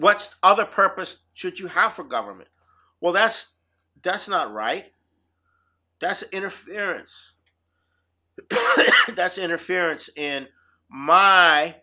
watched other purpose should you have for government well that's that's not right that's interference that's interference in my